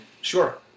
Sure